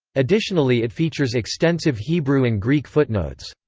additionally it features extensive hebrew and greek footnotes.